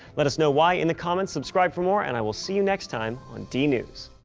let us know why in the comments, subscribe for more and i will see you next time on dnews.